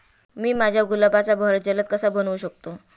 मी माझ्या गुलाबाचा बहर जलद कसा बनवू शकतो?